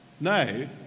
No